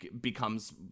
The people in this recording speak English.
becomes